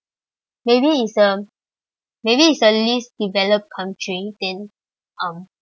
maybe it's a maybe it's a least developed country then um